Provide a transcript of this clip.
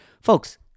folks